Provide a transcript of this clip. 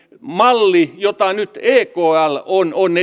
malli jota nyt ekl on on